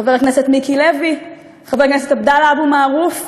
חבר הכנסת מיקי לוי, חבר הכנסת עבדאללה אבו מערוף,